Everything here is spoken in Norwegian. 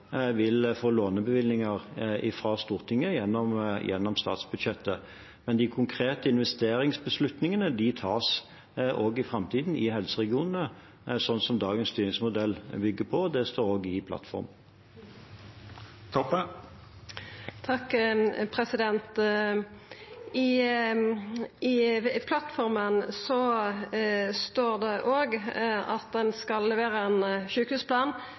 vil få lånebevilgninger fra Stortinget gjennom statsbudsjettet. Men de konkrete investeringsbeslutningene tas også i framtiden i helseregionene, slik som dagens styringsmodell bygger på. Det står også i plattformen. I plattforma står det òg at ein skal levera ein sjukehusplan